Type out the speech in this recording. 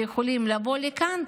שיכולים לבוא לכאן,